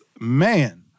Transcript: man